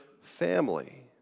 family